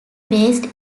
based